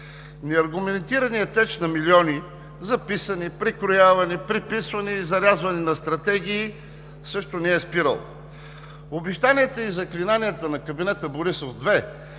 Неаргументираният теч на милиони – за писане, прекрояване, преписване и зарязване на стратегии, също не е спирал. Обещанията и заклинанията на кабинета Борисов 2